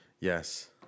Yes